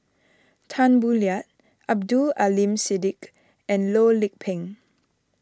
Tan Boo Liat Abdul Aleem Siddique and Loh Lik Peng